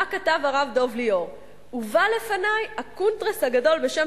מה כתב הרב דב ליאור: "הובא לפני הקונטרס הגדול בשם